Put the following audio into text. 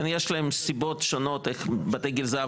כן יש להם סיבות שונות איך בתי גיל זהב